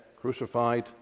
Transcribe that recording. crucified